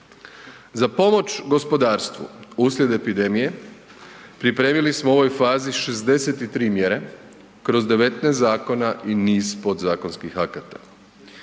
Za pomoć gospodarstvu uslijed epidemije pripremili smo u ovoj fazi 63 mjere kroz 19 zakona i niz podzakonskih akata.